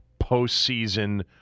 postseason